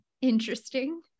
Interesting